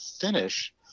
finish